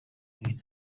abiri